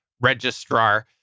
registrar